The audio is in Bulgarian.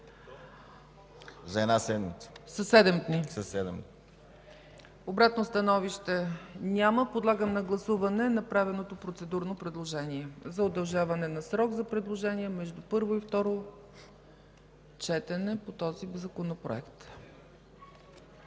ПРЕДСЕДАТЕЛ ЦЕЦКА ЦАЧЕВА: Обратно становище? Няма. Подлагам на гласуване направеното процедурно предложение за удължаване срока за предложения между първо и второ четене по този законопроект.